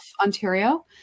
Ontario